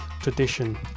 tradition